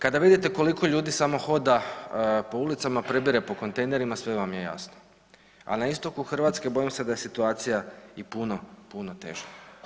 Kada vidite koliko ljudi samo hoda po ulicama prebire po kontejnerima, sve vam je jasno, a na istoku Hrvatske bojim se da je situacija i puno, puno teža.